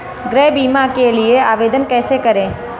गृह बीमा के लिए आवेदन कैसे करें?